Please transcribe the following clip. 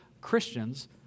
Christians